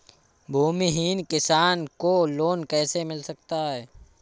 भूमिहीन किसान को लोन कैसे मिल सकता है?